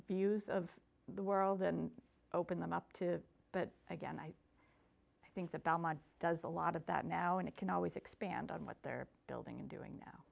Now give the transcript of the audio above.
views of the world and open them up to but again i think the belmont does a lot of that now and it can always expand on what they're building and doing